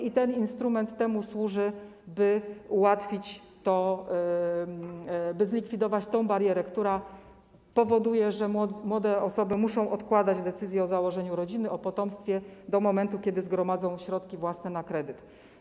I ten instrument służy temu, by to ułatwić, by zlikwidować tę barierę, która powoduje, że młode osoby muszą odkładać decyzję o założeniu rodziny, o potomstwie do momentu, kiedy zgromadzą środki własne na kredyt.